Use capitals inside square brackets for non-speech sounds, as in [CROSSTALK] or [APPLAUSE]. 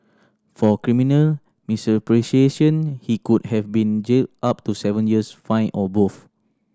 for criminal [UNINTELLIGIBLE] he could have been jailed up to seven years fined or both